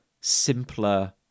simpler